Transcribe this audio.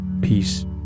peace